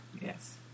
Yes